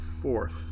fourth